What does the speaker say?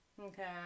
Okay